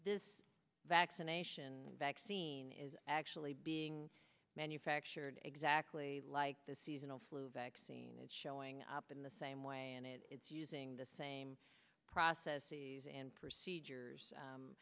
this vaccination vaccine is actually being manufactured exactly like the seasonal flu vaccine is showing up in the same way and it's using the same processes and procedures